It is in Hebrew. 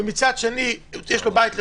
מצד שני יש לו בית לפרנס,